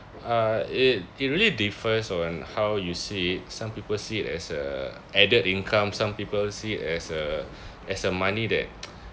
uh it it really differs on how you see it some people see it as a added income some people see it as a as a money that